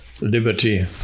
liberty